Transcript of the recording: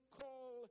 call